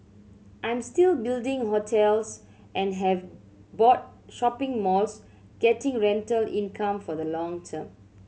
I'm still building hotels and have bought shopping malls getting rental income for the long term